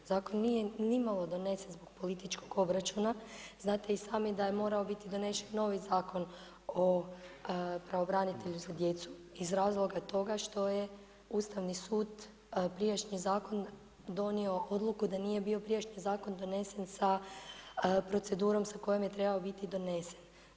Zakon nije ni malo donesen zbog političkog proračuna, znate i sami da je morao biti donesen novi zakon o pravobranitelja za djecu, iz razloga toga što je Ustavni sud, prijašnji zakon donio odluku, da nije bio prijašnji zakon donesen s procedurom sa kojom je trebao biti donese.